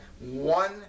one